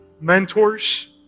Mentors